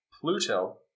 Pluto